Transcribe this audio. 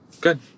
Good